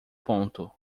ponto